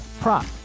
prop